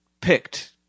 picked